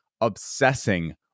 obsessing